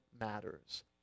matters